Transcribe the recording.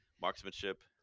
Marksmanship